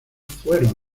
fueron